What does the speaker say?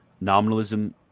nominalism